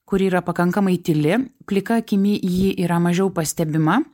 kuri yra pakankamai tyli plika akimi ji yra mažiau pastebima